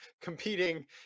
competing